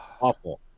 Awful